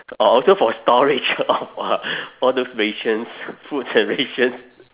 or also for storage all those rations foods and rations